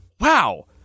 wow